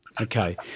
Okay